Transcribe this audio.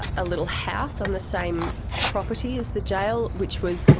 ah a little house on the same property as the jail which was,